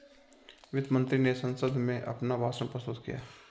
वित्त मंत्री ने संसद में अपना भाषण प्रस्तुत किया